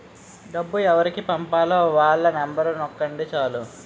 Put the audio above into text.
డబ్బు ఎవరికి పంపాలో వాళ్ళ నెంబరు నొక్కండి చాలు